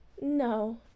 no